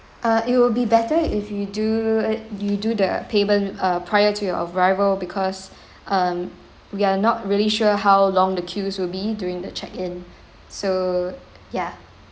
uh it will be better if you do you do the payment uh prior to your arrival because um we are not really sure how long the queues would be during the check in so ya